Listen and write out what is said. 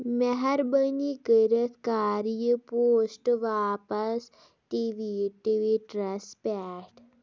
مہربٲنی کٔرِتھ کَر یہِ پوسٹ واپَس ٹِویٖٹ ٹِویٖٹرَس پٮ۪ٹھ